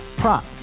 prop